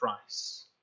price